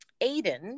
Aiden